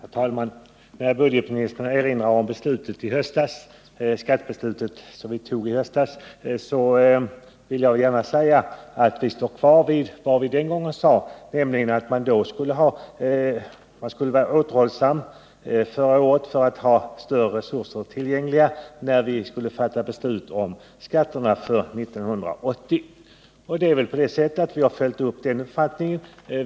Herr talman! När budgetministern erinrar om skattebeslutet som vi fattade i höstas, vill jag gärna säga att vi står kvar vid vad vi sade den gången, nämligen att man skulle vara återhållsam förra året för att ha större resurser tillgängliga när vi hade att fatta beslut om skatterna för 1980. Vi har följt upp den uppfattningen.